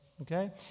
Okay